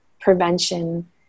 prevention